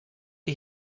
die